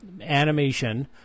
animation